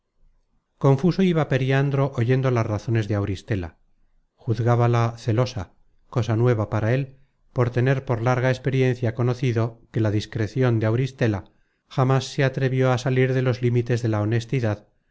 confuso iba periandro oyendo las razones de auristela juzgábala celosa cosa nueva para él por tener por larga experiencia conocido que la discrecion de auristela jamas se atrevió a salir de los límites de la honestidad